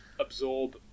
Absorb